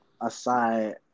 aside